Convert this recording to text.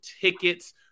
tickets